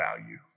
value